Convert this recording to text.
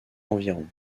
environ